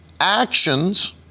actions